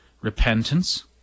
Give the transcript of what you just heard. Repentance